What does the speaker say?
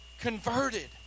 converted